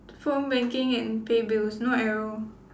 phone banking and pay bills no arrow